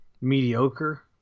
mediocre